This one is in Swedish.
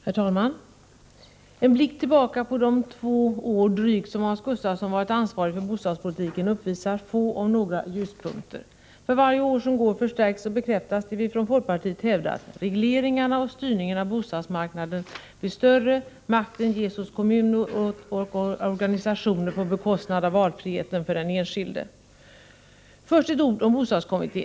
Herr talman! Vid en blick tillbaka på de drygt två år som Hans Gustafsson varit ansvarig för bostadspolitiken syns få, om några, ljuspunkter. För varje år som går förstärks och bekräftas det vi från folkpartiet har hävdat: regleringarna och styrningarna av bostadsmarknaden blir starkare, makten ges åt kommuner och organisationer på bekostnad av valfriheten för den enskilde. Först ett ord om bostadskommittén.